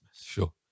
Sure